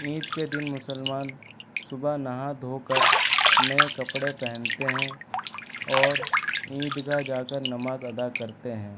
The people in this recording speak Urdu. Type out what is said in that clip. عید کے دن مسلمان صبح نہا دھو کر نئے کپڑے پہنتے ہیں اور عیدگاہ جا کر نماز ادا کرتے ہیں